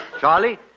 Charlie